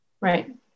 Right